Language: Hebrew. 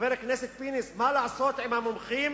חבר הכנסת פינס, מה לעשות אם המומחים